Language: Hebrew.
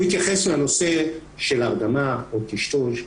הוא התייחס לנושא של ההרדמה או טשטוש,